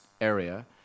area